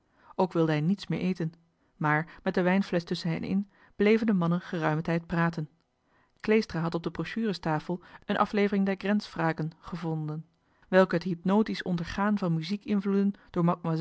ook wilde hij niets meer eten maar met de wijnflesch tusschen hen in bleven de mannen geruimen tijd praten kleestra had op de brochurestafel een aflevering der grenzfragen gevonden welke het hypnotisch ondergaan van muziek invloeden door